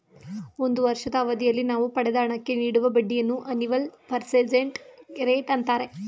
ಒಂದು ವರ್ಷದ ಅವಧಿಯಲ್ಲಿ ನಾವು ಪಡೆದ ಹಣಕ್ಕೆ ನೀಡುವ ಬಡ್ಡಿಯನ್ನು ಅನಿವಲ್ ಪರ್ಸೆಂಟೇಜ್ ರೇಟ್ ಅಂತಾರೆ